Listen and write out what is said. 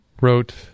wrote